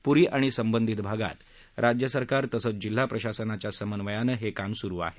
पुरी आणि संबंधित भागात राज्य सरकार तसंच जिल्हा प्रशासनाच्या समन्वयानं हे काम सुरु आहे